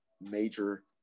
major